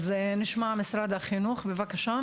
נציגת משרד החינוך, בבקשה.